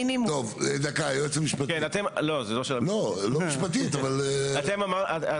ובאו מסודרים,